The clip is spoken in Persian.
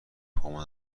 پامو